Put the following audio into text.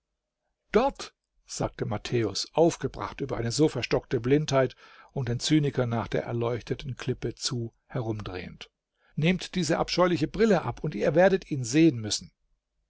dort sagte matthäus aufgebracht über eine so verstockte blindheit und den zyniker nach der erleuchteten klippe zu herumdrehend nehmt diese abscheuliche brille ab und ihr werdet ihn sehen müssen